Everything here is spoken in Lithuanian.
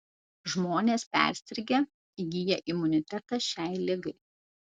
žmonės persirgę įgyja imunitetą šiai ligai